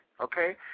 okay